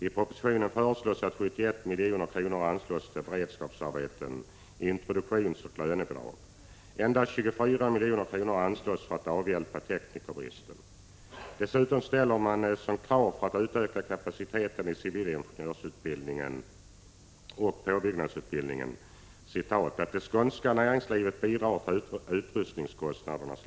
I propositionen föreslås att 71 milj.kr. anslås till beredskapsarbeten, introduktionsoch lönebidrag. Endast 24 milj.kr. anslås för att avhjälpa teknikerbristen. Dessutom ställer man som krav för att utöka kapaciteten i civilingenjörsutbildningen och påbyggnadsutbildningen ”att det skånska näringslivet bidrar till utrustningskostnaderna”.